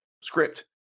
script